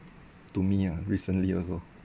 to me ah recently also